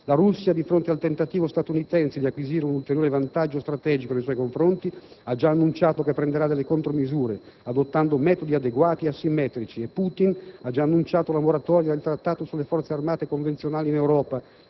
La Russia, di fronte al tentativo statunitense di acquisire un ulteriore vantaggio strategico nei suoi confronti, ha già annunciato che prenderà delle contromisure, adottando «metodi adeguati e asimmetrici» e Putin ha già annunciato la moratoria del Trattato sulle Forze armate convenzionali in Europa,